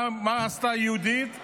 מה עשתה יהודית?